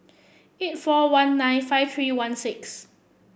eight four one nine five three one six